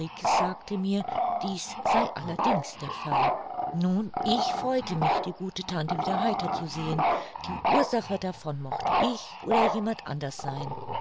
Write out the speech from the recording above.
sagte mir dies sei allerdings der fall nun ich freute mich die gute tante wieder heiter zu sehen die ursache davon mochte ich oder jemand anders sein